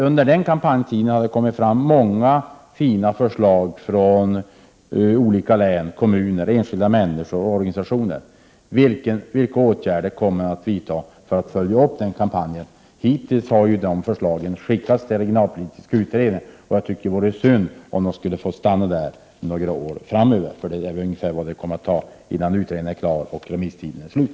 Under kampanjtiden har det kommit fram många fina förslag från olika län, kommuner, enskilda människor och organisationer. Vilka åtgärder kommer regeringen att vidta för att följa upp kampanjen? Hittills har förslagen skickats till regionalpolitiska utredningen, och jag tycker att det vore synd om de skulle få stanna där några år framöver — vilket torde vara ungefär den tid det kommer att ta innan utredningen är klar och remisstiden är slut.